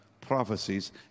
prophecies